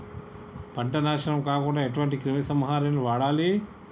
పంట నాశనం కాకుండా ఎటువంటి క్రిమి సంహారిణిలు వాడాలి?